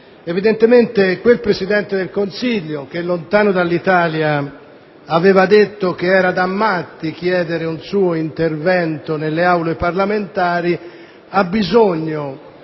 Evidentemente, quel Presidente del Consiglio, che lontano dall'Italia aveva detto che era da matti chiedere un suo intervento nelle Aule parlamentari, ha bisogno